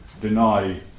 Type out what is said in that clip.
deny